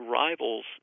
rivals